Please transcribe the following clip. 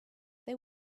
they